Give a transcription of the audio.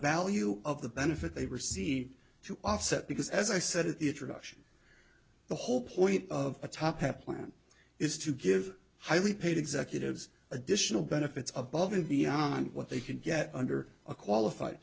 value of the benefit they were c to offset because as i said at the introduction the whole point of a top plan is to give highly paid executives additional benefits of above and beyond what they can get under a qualified